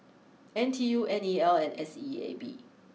N T U N E L and S E A B